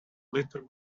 little